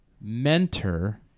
mentor